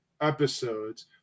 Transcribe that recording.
episodes